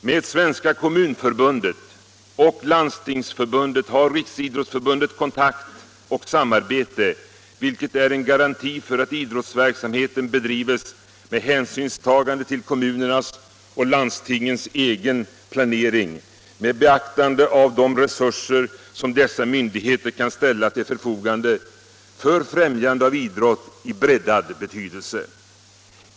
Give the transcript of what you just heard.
Med Svenska kommunförbundet och Landstingsförbundet har RF kontakt och samarbete, vilket är en garanti för att idrottsverksamheten bedrivs med hänsynstagande till kommunernas och landstingens egen planering, med beaktande av de resurser som dessa myndigheter kan ställa till förfogande för främjande av idrott i breddad betydelse.